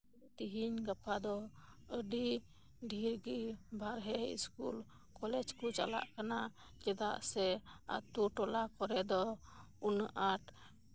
ᱛᱮᱹᱦᱮᱹᱧ ᱜᱟᱯᱟ ᱫᱚ ᱟᱹᱰᱤ ᱫᱷᱮᱨ ᱜᱮ ᱵᱟᱦᱨᱮ ᱥᱠᱩᱞ ᱠᱚᱞᱮᱡᱽ ᱠᱚ ᱪᱟᱞᱟᱜ ᱠᱟᱱᱟ ᱪᱮᱫᱟᱜ ᱥᱮ ᱟᱹᱛᱳ ᱴᱚᱞᱟ ᱠᱚᱨᱮᱫ ᱫᱚ ᱩᱱᱟᱹᱜ ᱟᱸᱴ